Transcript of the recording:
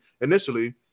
initially